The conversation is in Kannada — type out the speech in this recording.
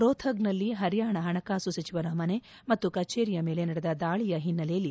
ರೋಪ್ತಕ್ನಲ್ಲಿ ಪರ್ಯಾಣ ಪಣಕಾಸು ಸಚಿವರ ಮನೆ ಮತ್ತು ಕಚೇರಿಯ ಮೇಲೆ ನಡೆದ ದಾಳಿಯ ಹಿನ್ನೆಲೆಯಲ್ಲಿ